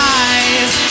eyes